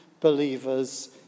believers